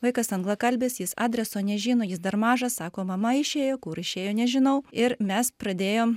vaikas anglakalbis jis adreso nežino jis dar mažas sako mama išėjo kur išėjo nežinau ir mes pradėjom